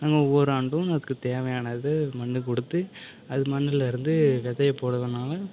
நாங்கள் ஒவ்வொரு ஆண்டும் அதுக்கு தேவையான இது மண் கொடுத்து அது மண்ணுலேருந்து விதைய போடலைனாலும்